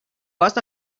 was